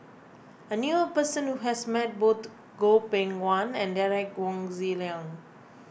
I knew a person who has met both Goh Beng Kwan and Derek Wong Zi Liang